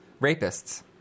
Rapists